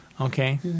Okay